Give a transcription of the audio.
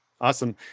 Awesome